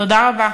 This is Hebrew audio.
תודה רבה.